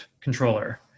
controller